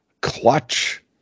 Clutch